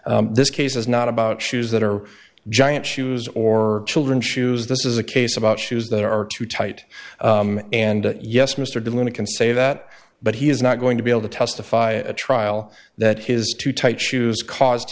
case this case is not about shoes that are giant shoes or children shoes this is a case about shoes that are too tight and yes mr dillon it can say that but he is not going to be able to testify at trial that his too tight shoes caused